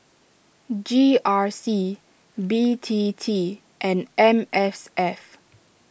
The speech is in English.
G R C B T T and M S F